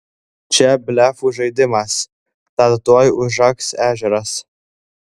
čia blefų žaidimas kad tuoj užaks ežeras